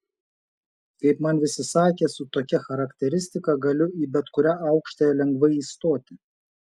kaip man visi sakė su tokia charakteristika galiu į bet kurią aukštąją lengvai įstoti